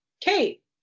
Kate